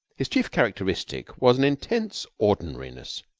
his chief characteristic was an intense ordinariness.